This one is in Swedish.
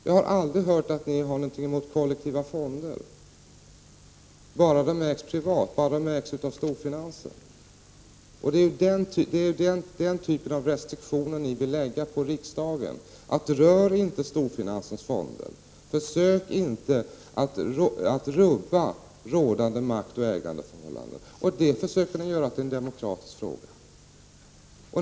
Jag har aldrig hört att ni har någonting emot kollektiva fonder, så länge de ägs privat, av storfinansen. Det är den typen av restriktioner ni vill lägga på riksdagen, att riksdagen inte skall röra storfinansens fonder. Ni säger: Försök inte att rubba rådande maktoch ägarförhållanden! Och detta försöker ni göra till en demokratifråga!